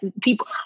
people